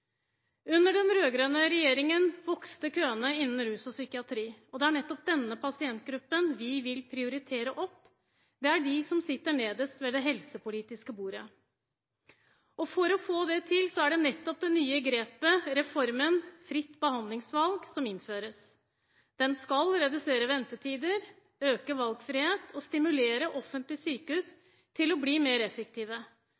Under den rød-grønne regjeringen vokste køene innen rus og psykiatri, og det er nettopp denne pasientgruppen vi vil prioritere opp. Det er de som sitter nederst ved det helsepolitiske bordet. For å få det til er det nettopp det nye grepet, reformen for fritt behandlingsvalg, som innføres. Den skal redusere ventetider, øke valgfrihet og stimulere